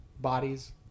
bodies